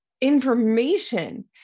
information